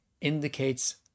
indicates